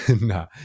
no